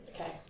Okay